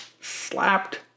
slapped